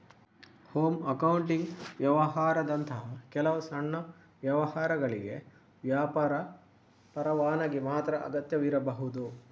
home accounting ವ್ಯವಹಾರದಂತಹ ಕೆಲವು ಸಣ್ಣ ವ್ಯವಹಾರಗಳಿಗೆ ವ್ಯಾಪಾರ ಪರವಾನಗಿ ಮಾತ್ರ ಅಗತ್ಯವಿರಬಹುದು